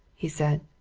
he said.